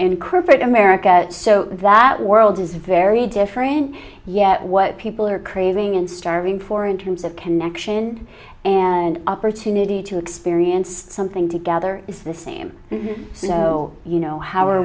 in corporate america so that world is very different yet what people are craving and starving for in terms of connection and opportunity to experience something together is the same you know you know how are